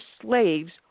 slaves